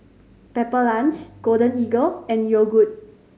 Pepper Lunch Golden Eagle and Yogood